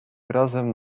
razem